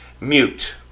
mute